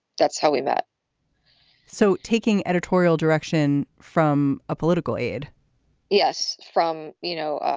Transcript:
that's how we met so taking editorial direction from a political aide yes, from, you know,